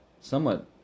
somewhat